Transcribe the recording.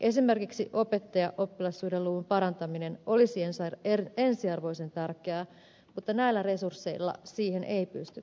esimerkiksi opettajaoppilas suhdeluvun parantaminen olisi ensiarvoisen tärkeää mutta näillä resursseilla siihen ei pystytä